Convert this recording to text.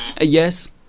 Yes